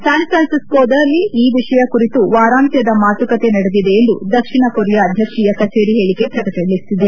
ಸ್ಲಾನ್ ಪ್ರಾನ್ಸಿಸೋದಲ್ಲಿ ಈ ವಿಷಯ ಕುರಿತು ವಾರಾಂತ್ನದ ಮಾತುಕತೆ ನಡೆದಿದೆ ಎಂದು ದಕ್ಷಿಣ ಕೊರಿಯಾ ಅಧ್ಯಕ್ಷೀಯ ಕಚೇರಿ ಹೇಳಕೆ ಪ್ರಕಟಿಸಿದೆ